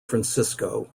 francisco